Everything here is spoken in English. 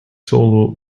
solo